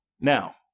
Now